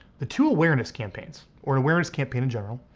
the two awareness campaigns, or awareness campaign in general,